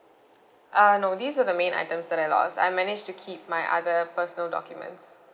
uh no these were the main items that I lost I managed to keep my other personal documents